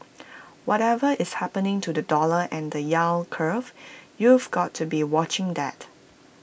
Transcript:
whatever is happening to the dollar and the yield curve you've got to be watching that